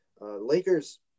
Lakers